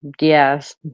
Yes